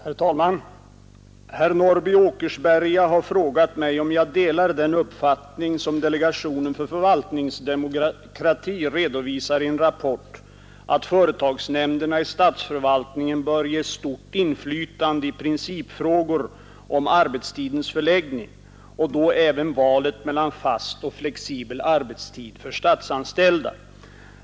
Herr talman! Herr Norrby i Åkersberga har frågat mig om jag delar den uppfattning, som delegationen för förvaltningsdemokrati redovisar i en rapport, nämligen att företagsnämnderna i statsförvaltningen bör ges stort inflytande på principfrågor om arbetstidens förläggning, och då även valet mellan fast och flexibel arbetstid för statsanställda.